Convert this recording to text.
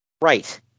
Right